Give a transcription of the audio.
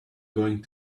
going